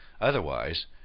Otherwise